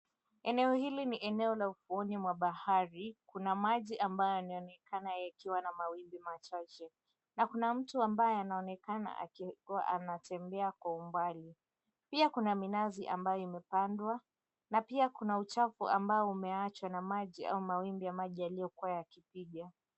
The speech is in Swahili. Eneo hili ni eneo la ufuoni mwa bahari kuna maji ambayo yanaonekana kuwa na mawimbi machache na kuna mtu ambaye anaonekana anatembea kwa umbali pia kuna minazi ambayo imepandwa na pia kuna uchafu ambao umewachwa na maji au mawimbi ya maji yaliyokuwa yakipiga.